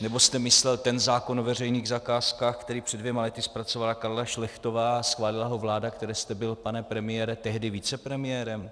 Nebo jste myslel ten zákon o veřejných zakázkách, který před dvěma lety zpracovala Karla Šlechtová a schválila ho vláda, které jste byl, pane premiére, tehdy vicepremiérem?